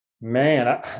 Man